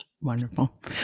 Wonderful